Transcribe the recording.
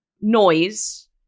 noise